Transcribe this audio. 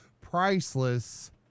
priceless